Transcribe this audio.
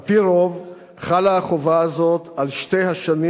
על-פי רוב חלה החובה הזאת על שתי השנים